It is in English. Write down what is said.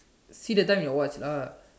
see the time in your watch